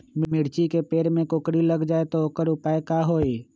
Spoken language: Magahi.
मिर्ची के पेड़ में कोकरी लग जाये त वोकर उपाय का होई?